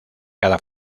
cada